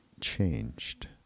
changed